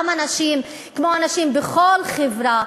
גם אנשים כמו אנשים בכל חברה,